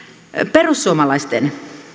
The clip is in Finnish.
perussuomalaisten